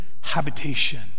habitation